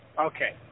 Okay